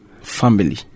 family